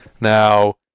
now